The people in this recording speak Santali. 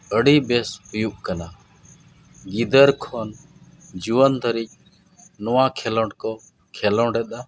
ᱟᱹᱰᱤ ᱵᱮᱥ ᱦᱩᱭᱩᱜ ᱠᱟᱱᱟ ᱜᱤᱫᱟᱹᱨ ᱠᱷᱚᱱ ᱡᱩᱣᱟᱹᱱ ᱫᱷᱟᱹᱨᱤᱡ ᱱᱚᱣᱟ ᱠᱷᱮᱞᱳᱰ ᱠᱚ ᱠᱷᱮᱞᱳᱰᱮᱫᱟ